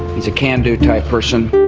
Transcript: he's a can-do type person.